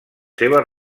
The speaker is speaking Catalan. seves